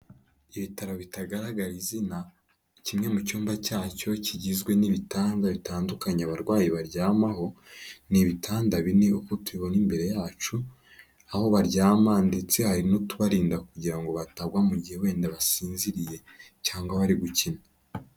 Ibitaro bitagaragara izina kimwe mu cyumba cyacyo kigizwe n'ibitanda bitandukanye abarwayi baryamaho, ni ibitanda bine uko tubibona imbere yacu, aho baryama ndetse hari n'utubarinda kugira ngo batagwa mu gihe wenda basinziriye cyangwa bari gukina.